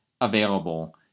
available